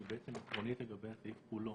היא עקרונית לגבי הסעיף כולו.